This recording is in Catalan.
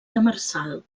demersal